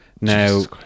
Now